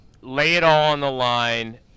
lay-it-all-on-the-line